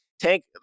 tank